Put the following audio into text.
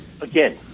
Again